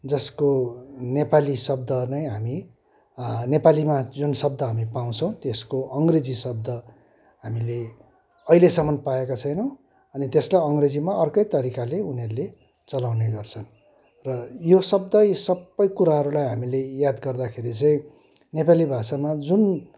जसको नेपाली शब्द नै हामी नेपालीमा जुन शब्द हामी पाउछौँ त्यसको अङ्ग्रेजी शब्द हामीले अहिलेसम्म पाएका छैनौँ अनि त्यसलाई अङ्ग्रेजीमा अर्कै तरिकाले उनीहरूले चलाउने गर्छन् र यो शब्दै सबैकुराहरूलाई हामीले याद गर्दाखेरि चाहिँ नेपाली भाषामा जुन